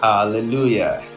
Hallelujah